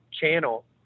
channel